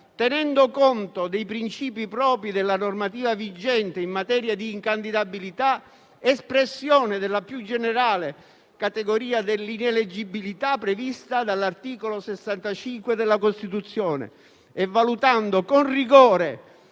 tenendo conto dei principi propri della normativa vigente in materia di incandidabilità, espressione della più generale categoria dell'ineleggibilità prevista dall'articolo 65 della Costituzione, valutando con rigore